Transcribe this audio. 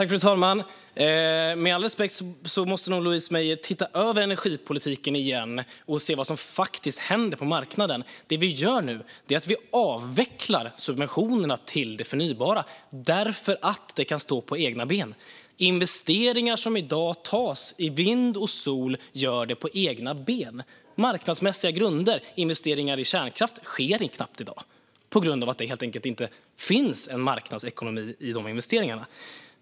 Fru talman! Med all respekt måste jag be Louise Meijer att titta på energipolitiken igen och se vad som faktiskt händer på marknaden. Det vi gör nu är att avveckla subventionerna till det förnybara därför att det kan stå på egna ben. Investeringar som i dag görs i vind och sol görs på marknadsmässiga grunder. Investeringar i kärnkraft sker knappt i dag på grund av att det helt enkelt inte finns någon marknadsekonomi i de investeringarna.